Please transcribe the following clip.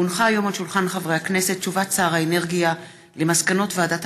כי הונחה היום על שולחן הכנסת הודעת שר האנרגיה על מסקנות ועדת